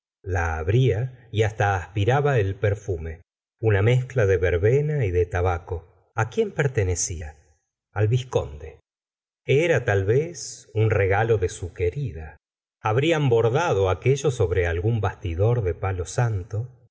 la abría y hasta aspiraba el perfume una mezcla de verbena y de tabaco a quién pertenecía al vizconde era tal vez un regalo de su querida habrían bordado aquello sobre algún bastidor de palo santo